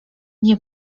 nie